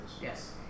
Yes